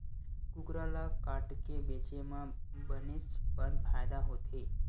कुकरा ल काटके बेचे म बनेच पन फायदा होथे